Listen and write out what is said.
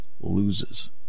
loses